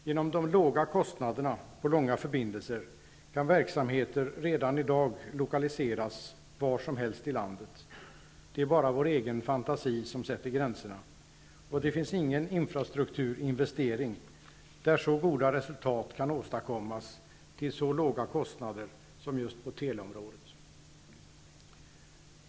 Genom de låga kostnaderna på långa förbindelser kan verksamheter redan i dag lokaliseras var som helst i landet -- det är bara vår egen fantasi som sätter gränserna. Det finns ingen infrastrukturinvestering där så goda resultat kan åstadkommas till så låga kostnader som just på teleområdet.